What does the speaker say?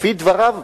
לפי דבריו,